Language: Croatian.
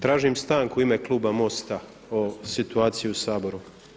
Tražim stanku u ime kluba MOST-a o situaciji u Saboru.